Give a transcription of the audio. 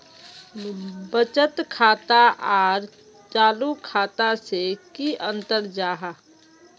बचत खाता आर चालू खाता से की अंतर जाहा?